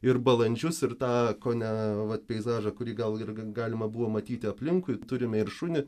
ir balandžius ir tą kone vat peizažą kurį gal ir galima buvo matyti aplinkui turime ir šunį